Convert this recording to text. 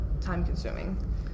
time-consuming